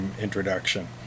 introduction